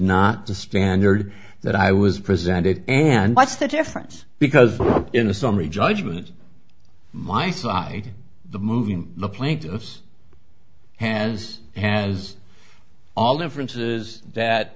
not the standard that i was presenting and what's the difference because in the summary judgment my side the moving the plaintiffs has has all differences that